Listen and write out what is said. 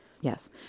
Yes